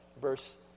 verse